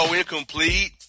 incomplete